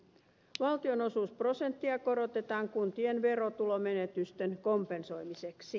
valtionosuusprosenttia korotetaan kuntien verotulomenetysten kompensoimiseksi